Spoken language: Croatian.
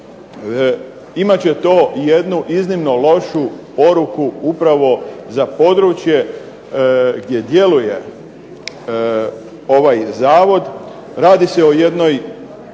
imat će to jednu iznimno lošu poruku upravo za područje gdje djeluje ovaj zavod. Radi se o jednoj